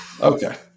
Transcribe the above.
Okay